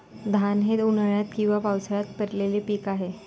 धान हे उन्हाळ्यात किंवा पावसाळ्यात पेरलेले पीक आहे